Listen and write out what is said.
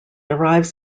arrives